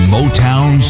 Motown